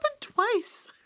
twice